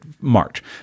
march